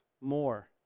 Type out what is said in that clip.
more